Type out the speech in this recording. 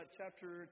chapter